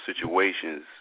situations